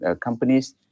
companies